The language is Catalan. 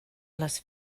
les